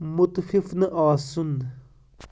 مُتفِف نہَ آسُن